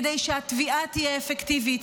כדי שהתביעה תהיה אפקטיבית,